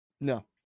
No